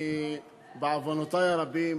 בעוונותי הרבים,